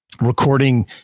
recording